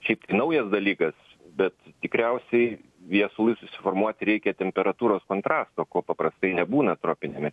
šiaip tai naujas dalykas bet tikriausiai viesului susiformuoti reikia temperatūros kontrasto ko paprastai nebūna tropiniame